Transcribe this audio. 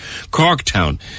Corktown